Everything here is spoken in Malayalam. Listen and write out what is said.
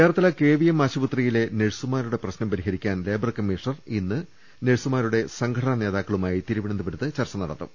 ചേർത്തല കെവിഎം ആശുപത്രിയിലെ നേഴ്സുമാരുടെ പ്രശ്നം പരിഹരിക്കാൻ ലേബർ കമ്മീഷണർ ഇന്ന് നഴ്സുമരുടെ സംഘടനാ നേതാക്കളുമായി തിരുവനന്തപുരത്ത് ചർച്ച നടത്തും